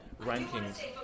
rankings